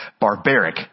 barbaric